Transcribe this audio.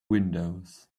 windows